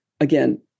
again